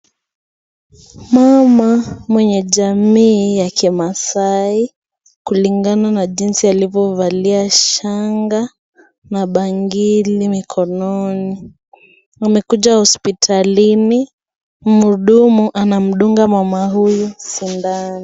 Mama mwenye jamii ya Kimasaai, kulingana na jinsi alivyovalia shanga na bangili mikononi. Amekuja hospitalini. Mhudumu anamdunga mama huyu sindano.